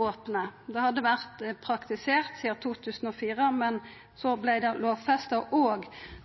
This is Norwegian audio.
opne. Det hadde vore praktisert sidan 2004, men så vart det også lovfesta